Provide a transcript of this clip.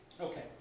Okay